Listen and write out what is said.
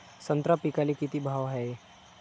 संत्रा पिकाले किती भाव हाये?